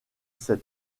cet